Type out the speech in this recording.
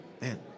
man